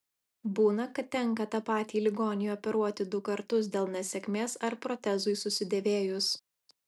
būna kad tenka tą patį ligonį operuoti du kartus dėl nesėkmės ar protezui susidėvėjus